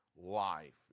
life